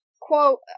quote